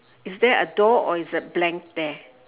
is there a door or it's a blank there